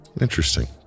Interesting